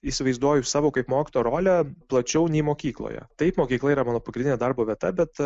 įsivaizduoju savo kaip mokytojo rolę plačiau nei mokykloje taip mokykla yra mano pagrindinė darbo vieta bet